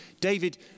David